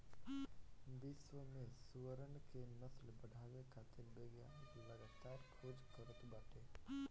विश्व में सुअरन क नस्ल बढ़ावे खातिर वैज्ञानिक लगातार खोज करत बाटे